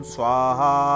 Swaha